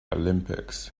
olympics